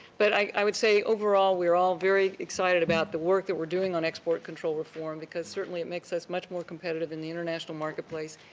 but, i would say overall, we're all very excited about the work that we're doing on export control reform because, certainly, it makes us much more competitive in the international marketplace,